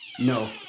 No